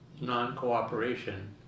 non-cooperation